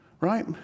right